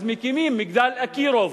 אז מקימים מגדל אקירוב,